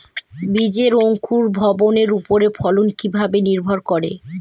বীজের অঙ্কুর ভবনের ওপর ফলন কিভাবে নির্ভর করে?